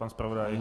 Pan zpravodaj?